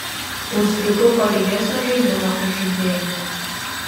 mums pritrūko lygesnio žaidimo ir žaidėjų